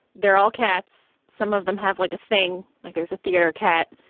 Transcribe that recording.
they're all cats. some of them have like a thing, like there's a theater cat,